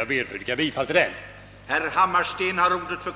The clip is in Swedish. Jag ber, herr talman, att få yrka bifall till